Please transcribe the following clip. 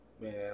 Man